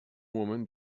woman